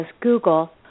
Google